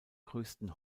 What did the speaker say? größten